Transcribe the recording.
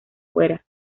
fuera